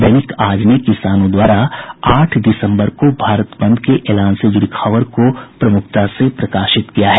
दैनिक आज ने किसानों द्वारा आठ दिसंबर को भारत बंद के एलान से जुड़ी खबर को प्रमुखता से प्रकाशित किया है